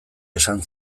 esan